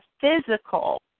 physical